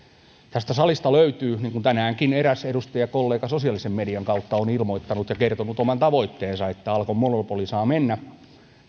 tästä salista löytyy sellaisia tavoitteita niin kuin tänäänkin eräs edustajakollega sosiaalisen median kautta on ilmoittanut ja kertonut oman tavoitteensa että alkon monopoli saa mennä